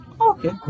Okay